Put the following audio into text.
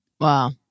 Wow